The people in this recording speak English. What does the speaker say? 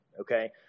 Okay